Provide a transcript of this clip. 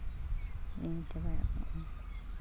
ᱦᱤᱲᱤᱧ ᱪᱟᱵᱟᱭᱮᱫ